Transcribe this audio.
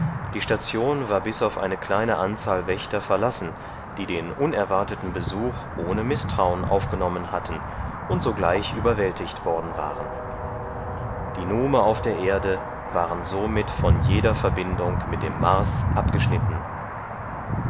die station war bis auf eine kleine anzahl wächter verlassen die den unerwarteten besuch ohne mißtrauen aufgenommen hatten und sogleich überwältigt worden waren die nume auf der erde waren somit von jeder verbindung mit dem mars abgeschnitten